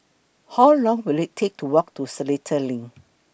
How Long Will IT Take to Walk to Seletar LINK